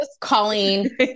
Colleen